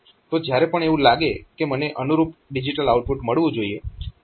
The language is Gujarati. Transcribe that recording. તો જ્યારે પણ એવું લાગે કે મને અનુરૂપ ડિજીટલ આઉટપુટ મળવું જોઈએ